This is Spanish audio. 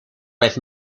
vez